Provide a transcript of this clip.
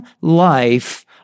life